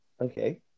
okay